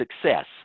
success